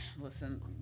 listen